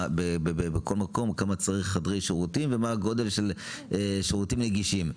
בכול מקום כמה חדרי שירותים צריך ומה הגודל של שירותים נגישים,